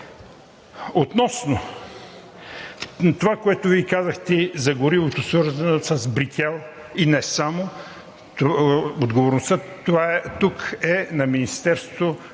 Относно това, което Вие казахте за горивото, свързано с „Брикел“, и не само, отговорността тук е на Министерството